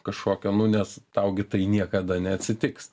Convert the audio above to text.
kažkokio nu nes tau gi tai niekada neatsitiks